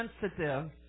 sensitive